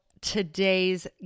today's